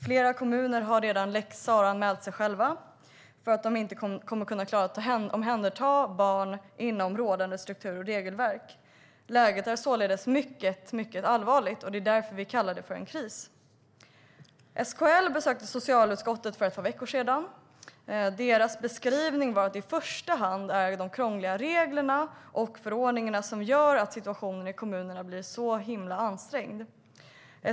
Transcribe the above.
Flera kommuner har redan lex Sarah-anmält sig själva för att de inte kommer att kunna klara att omhänderta barn inom rådande struktur och regelverk. Läget är således mycket allvarligt. Det är därför vi kallar det för en kris. SKL besökte socialutskottet för ett par veckor sedan. Deras beskrivning var att det i första hand är de krångliga reglerna och förordningarna som gör att situationen i kommunerna blir så himla ansträngd.